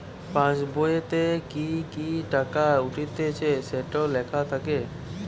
পাসবোইতে কি কি টাকা উঠতিছে সেটো লেখা থাকে